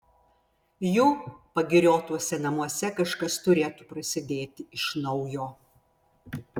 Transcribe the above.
jų pagiriotuose namuose kažkas turėtų prasidėti iš naujo